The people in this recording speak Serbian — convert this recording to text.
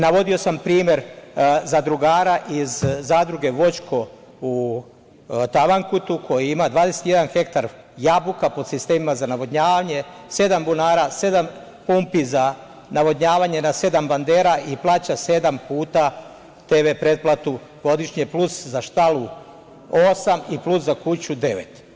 Navodio sam primer zadrugara iz Zadruge „Voćko“ u Tavankutu, koji ima 21 hektar jabuka pod sistemima za navodnjavanje, sedam bunara, sedam pumpi za navodnjavanje na sedam bandera i plaća sedam puta TV pretplatu godišnje, plus za štalu, osam i plus za kuću, devet.